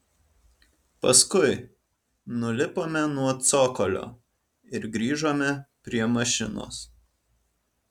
paskui nulipome nuo cokolio ir grįžome prie mašinos